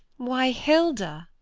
why, hilda,